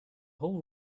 whole